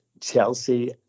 Chelsea